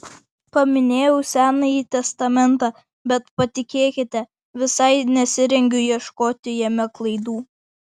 paminėjau senąjį testamentą bet patikėkite visai nesirengiu ieškoti jame klaidų